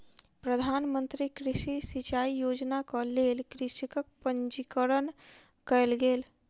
प्रधान मंत्री कृषि सिचाई योजनाक लेल कृषकक पंजीकरण कयल गेल